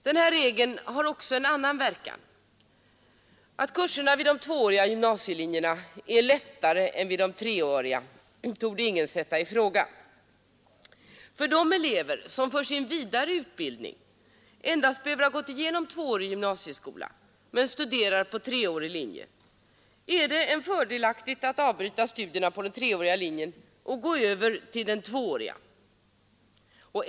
Men denna regel har också en annan verkan. Att kurserna vid de tvååriga gymnasielinjerna är lättare än vid de treåriga torde ingen sätta i fråga. För de elever som för sin vidareutbildning endast behöver ha gått igenom tvåårig gymnasieskola men studerar på treårig linje är det fördelaktigt att avbryta studierna på den treåriga linjen och gå över till den tvååriga.